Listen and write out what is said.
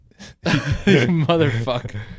Motherfucker